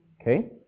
Okay